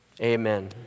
Amen